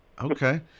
Okay